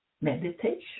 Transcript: meditation